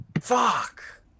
Fuck